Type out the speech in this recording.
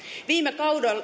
viime